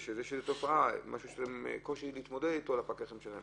למשל כי יש איזה תופעה וקושי לפקחים להתמודד.